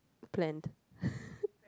planned